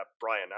Brian